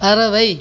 பறவை